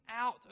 out